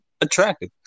attractive